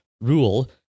rule